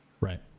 Right